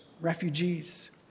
refugees